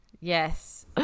Yes